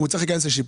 צריך להיכנס לשיפוץ.